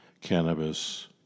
cannabis